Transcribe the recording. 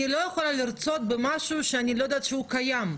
אני לא יכולה לרצות במשהו שאני לא יודעת שהוא קיים.